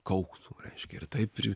kauktų reiškia ir taip